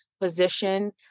position